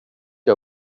jag